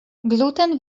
gluten